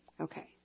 Okay